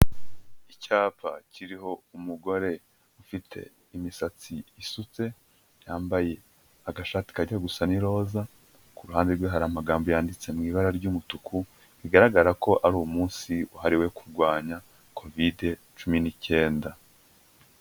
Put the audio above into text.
Icyapa kiriho umugore ufite imisatsi isutse, yambaye agashati kajya gusa n'iroza, ku ruhande rwe hari amagambo yanditse mu ibara ry'umutuku, bigaragara ko ari umunsi wahariwe kurwanya Kovide cumi n'icyenda.